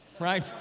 right